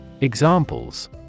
Examples